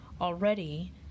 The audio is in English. already